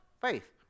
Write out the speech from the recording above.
faith